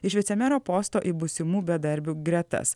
iš vicemero posto į būsimų bedarbių gretas